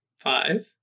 Five